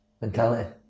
mentality